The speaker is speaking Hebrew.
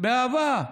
באהבה,